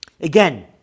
Again